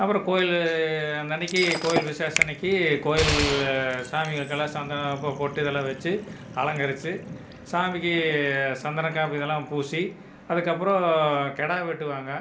அப்புறம் கோயில் அந்தன்னிக்கி கோயில் விசேஷம் அன்னிக்கி கோயில் சாமிங்களுக்கெல்லாம் சந்தனம் பொட்டு இதெல்லாம் வச்சு அலங்கரிச்சு சாமிக்கு சந்தனக் காப்பு இதெல்லாம் பூசி அதுக்கப்புறம் கிடா வெட்டுவாங்க